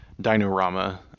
Dino-Rama